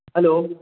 hello